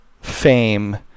fame